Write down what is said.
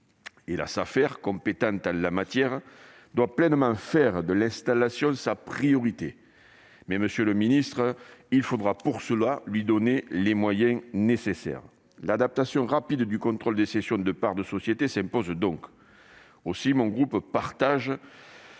La Safer, compétente en la matière, doit pleinement faire de l'installation sa priorité. Monsieur le ministre, il faudra pour cela lui donner les moyens nécessaires. L'adaptation rapide du contrôle des cessions de parts de sociétés s'impose donc. Aussi, mon groupe partage